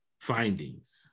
findings